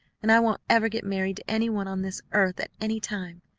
and i won't ever get married to any one on this earth at any time!